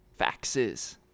faxes